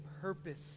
purpose